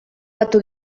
batu